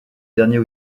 dernier